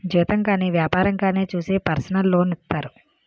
జీతం గాని వ్యాపారంగానే చూసి పర్సనల్ లోన్ ఇత్తారు